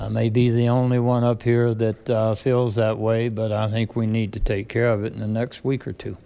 i may be the only one up here that feels that way but i think we need to take care of it in the next week or two